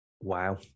Wow